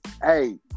Hey